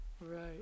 Right